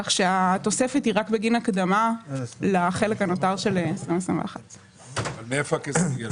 כך שהתוספת היא רק בגין הקדמה לחלק הנותר של 2021. מאיפה יבוא הכסף?